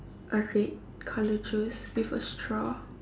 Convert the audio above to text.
a red colour juice with a straw